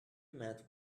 met